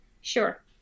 Sure